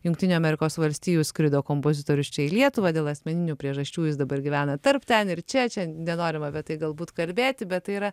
jungtinių amerikos valstijų skrido kompozitorius čia į lietuvą dėl asmeninių priežasčių jis dabar gyvena tarp ten ir čia nenorim apie bet galbūt kalbėti bet tai yra